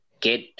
get